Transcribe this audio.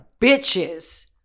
bitches